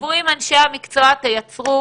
שבו עם אנשי המקצוע, תייצרו